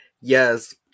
Yes